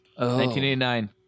1989